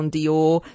Dior